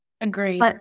Agreed